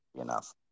enough